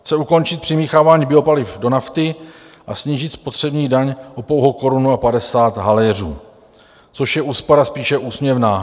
Chce ukončit přimíchávání biopaliv do nafty a snížit spotřební daň o pouhou korunu a padesát haléřů, což je úspora spíše úsměvná.